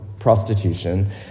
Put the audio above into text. prostitution